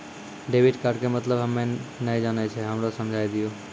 Debit card के मतलब हम्मे नैय जानै छौ हमरा समझाय दियौ?